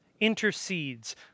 intercedes